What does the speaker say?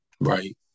right